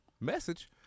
Message